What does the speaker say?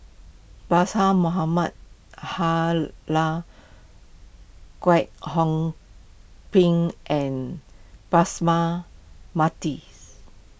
Kwek Hong Png and Mathis